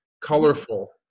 colorful